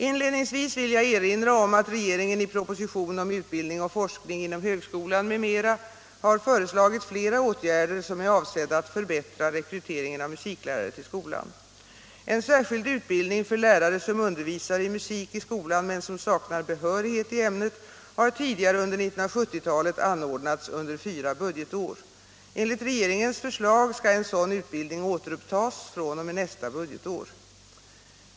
Inledningsvis vill jag erinra om att regeringen i propositionen om utbildning och forskning inom högskolan m.m. har föreslagit flera åtgärder som är avsedda att förbättra rekryteringen av musiklärare till skolan. En särskild utbildning för lärare som undervisar i musik i skolan men som saknar behörighet i ämnet har tidigare under 1970-talet anordnats under fyra budgetår. Enligt regeringens förslag skall en sådan utbildning återupptas fr.o.m. nästa budgetår.